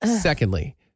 Secondly